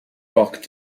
rock